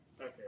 Okay